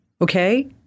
Okay